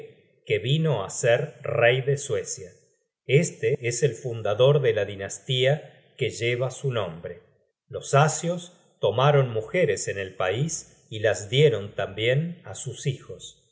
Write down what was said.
que vino á ser rey de suecia este es el fundador de la dinastía que lleva su nombre los asios tomaron mujeres en el pais y las dieron tambien á sus hijos